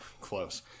close